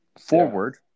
forward